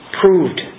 proved